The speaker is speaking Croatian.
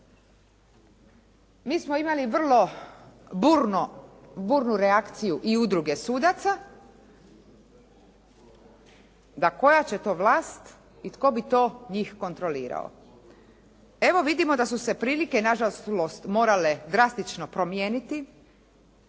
Mi smo imali vrlo burnu reakciju i Udruge sudaca da koja će to vlast i tko bi to njih kontrolirao. Evo, vidimo da su se prilike nažalost morale drastično promijeniti